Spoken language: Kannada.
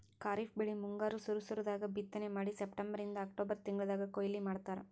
ಖರೀಫ್ ಬೆಳಿ ಮುಂಗಾರ್ ಸುರು ಸುರು ದಾಗ್ ಬಿತ್ತನೆ ಮಾಡಿ ಸೆಪ್ಟೆಂಬರಿಂದ್ ಅಕ್ಟೋಬರ್ ತಿಂಗಳ್ದಾಗ್ ಕೊಯ್ಲಿ ಮಾಡ್ತಾರ್